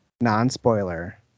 non-spoiler